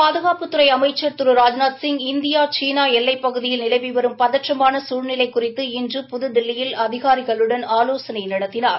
பாதுகாப்புத்துறை அமைச்சர் Thiru Rajnath Singh India China எல்லைப் பகுதியில் நிலவி வரும் பதற்றமான சூழ்நிலை குறித்து இன்று புதுதில்லியில் அதிகாரிகளுடன் ஆலோசனை நடத்தினார்